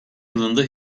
yılında